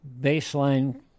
baseline